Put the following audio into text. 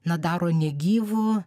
na daro negyvu